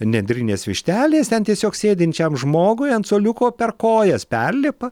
nendrinės vištelės ten tiesiog sėdinčiam žmogui ant suoliuko per kojas perlipa